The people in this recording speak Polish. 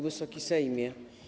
Wysoki Sejmie!